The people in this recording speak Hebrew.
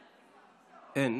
אין.